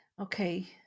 Okay